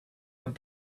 had